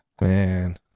Man